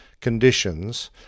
conditions